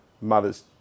mother's